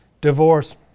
Divorce